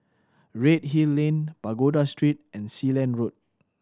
Redhill Lane Pagoda Street and Sealand Road